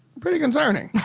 pretty concerning.